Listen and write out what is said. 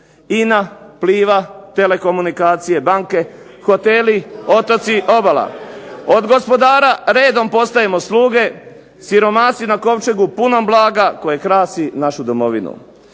INA, Pliva, telekomunikacije, banke, hoteli, otoci, obala. Od gospodara redom postajemo sluge, siromasi na kovčegu punom blaga koje krasi našu Domovinu.